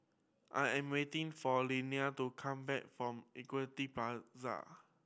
I am waiting for Landyn to come back from Equity Plaza